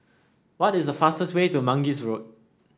what is the fastest way to Mangis Road